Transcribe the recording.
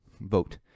vote